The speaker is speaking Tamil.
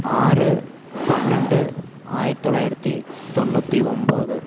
ஆறு பன்னரெண்டு ஆயிரத்தி தொள்ளாயிரத்தி தொண்ணூற்றி ஒன்போது